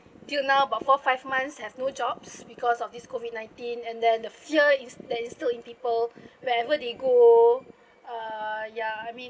till now about four five months have no jobs because of this COVID nineteen and then the fear is that is still in people wherever they go err ya I mean